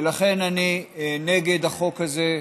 לכן, אני נגד החוק הזה.